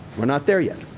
we're not there yet.